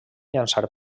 llançar